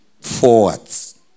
forwards